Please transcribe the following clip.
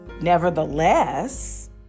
nevertheless